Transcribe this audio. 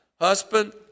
Husband